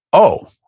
oh,